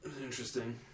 Interesting